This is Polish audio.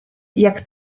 jak